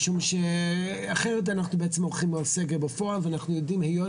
משום שאחרת אנחנו בעצם הולכים על סגר בפועל ואנחנו יודעים שהיות